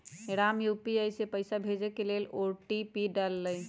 Ram UPI से पइसा भेजे के लेल ओ.टी.पी डाललई